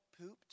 pooped